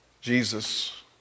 Jesus